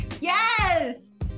Yes